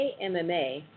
AMMA